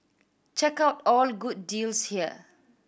check out all good deals here